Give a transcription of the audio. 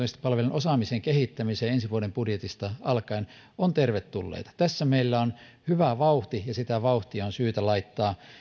osaamisen kehittämiseen ensi vuoden budjetista alkaen ovat tervetulleita tässä meillä on hyvä vauhti ja sitä vauhtia on syytä laittaa